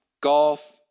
golf